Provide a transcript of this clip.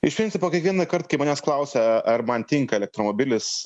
iš principo kiekvienąkart kai manęs klausia ar man tinka elektromobilis